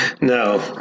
no